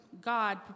God